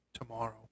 tomorrow